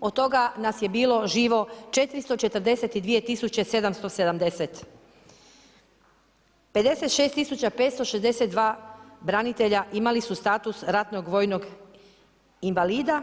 Od toga nas je bilo živo 442 tisuće 770. 56562 branitelja imali su status ratnog vojnog invalida